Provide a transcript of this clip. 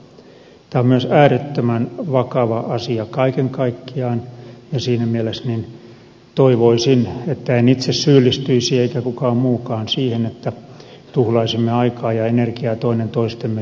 tämä on myös äärettömän vakava asia kaiken kaikkiaan ja siinä mielessä toivoisin että en itse syyllistyisi eikä kukaan muukaan siihen että tuhlaisimme aikaa ja energiaa toinen toistemme syyttelyyn